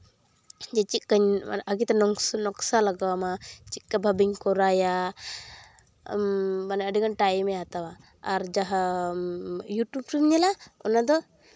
ᱡᱮ ᱪᱮᱫ ᱠᱩᱧ ᱟᱜᱮ ᱛᱮ ᱱᱚᱠᱥᱟ ᱞᱟᱜᱟᱣᱟᱢᱟ ᱪᱮᱫᱠᱟ ᱵᱷᱟᱵᱮᱧ ᱠᱚᱨᱟᱭᱟ ᱢᱟᱱᱮ ᱟᱹᱰᱤ ᱜᱟᱱ ᱴᱟᱭᱤᱢᱮ ᱦᱟᱛᱟᱣᱟ ᱟᱨ ᱡᱟᱦᱟᱸ ᱤᱭᱩᱴᱩᱵ ᱨᱮᱢ ᱧᱮᱞᱟ ᱚᱱᱟ ᱫᱚ